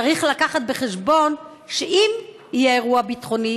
צריך לקחת בחשבון שאם יהיה אירוע ביטחוני